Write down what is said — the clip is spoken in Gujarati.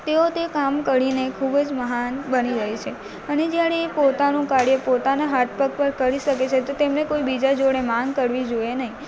તેઓ તે કામ કરીને ખૂબ જ મહાન બની રહી છે અને જયારે એ પોતાનું કાર્ય પોતાના હાથપગ પર કરી શકે છે તો તેમને કોઈ બીજા જોડે માંગ કરવી જોઈએ નહીં